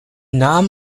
nahm